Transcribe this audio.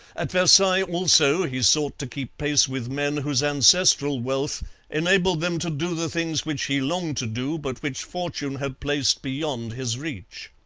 at versailles, also, he sought to keep pace with men whose ancestral wealth enabled them to do the things which he longed to do, but which fortune had placed beyond his reach.